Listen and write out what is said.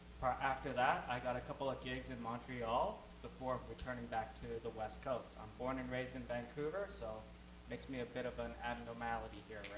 after that, i got a couple of gigs in montreal before returning back to the west coast. i'm born and raised in vancouver, so it makes me a bit of an abnormality here